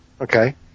Okay